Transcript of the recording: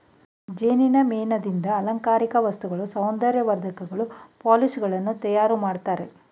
ಜೇನಿನ ಮೇಣದಿಂದ ಅಲಂಕಾರಿಕ ವಸ್ತುಗಳನ್ನು, ಸೌಂದರ್ಯ ವರ್ಧಕಗಳನ್ನು, ಪಾಲಿಶ್ ಗಳನ್ನು ತಯಾರು ಮಾಡ್ತರೆ